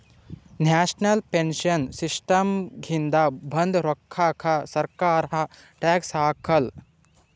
national pension ಸಿಸ್ಟಮ್ನಾಗಿಂದ ಬಂದ್ ರೋಕ್ಕಾಕ ಸರ್ಕಾರ ಟ್ಯಾಕ್ಸ್ ಹಾಕಾಲ್